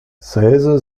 seize